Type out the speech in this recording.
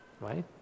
right